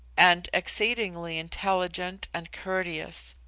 and exceedingly intelligent and courteous,